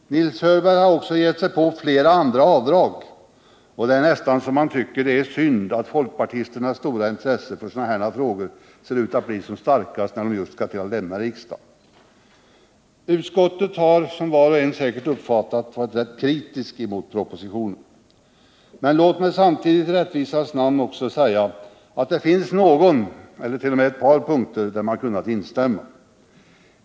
Nils Hörberg ger sig också på flera avdrag, och det är nästan så att man tycker det är synd att folkpartisternas stora intresse för sådana här frågor ser ut att bli starkast när man just skall lämna riksdagen. Utskottet har, som var och en säkert uppfattat, varit rätt kritiskt mot propositionen. Men låt mig samtidigt i rättvisans namn också säga att det finns någon punkt — eller t.o.m. ett par punkter — där man har kunnat instämma.